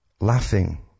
laughing